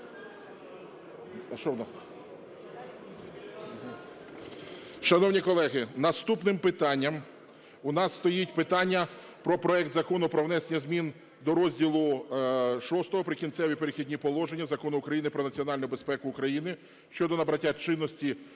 шановні колеги, наступним питанням у нас стоїть питання про проект Закону про внесення змін до розділу VI "Прикінцеві та перехідні положення" Закону України "Про національну безпеку України" щодо набрання чинності